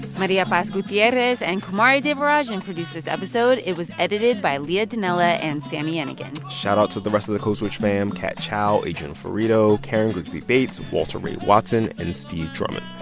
maria paz gutierrez and kumari devarajan produced this episode. it was edited by leah donnella and sami yenigun shoutout to the rest of the code switch fam kat chow, adrian florido, karen grigsby bates, walter ray watson and steve drummond.